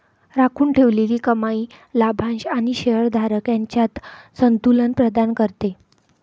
राखून ठेवलेली कमाई लाभांश आणि शेअर धारक यांच्यात संतुलन प्रदान करते